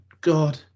God